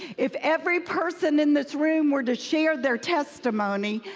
if every person in this room were to share their testimony,